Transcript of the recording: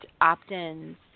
opt-ins